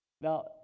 now